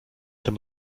tym